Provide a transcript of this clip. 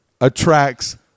attracts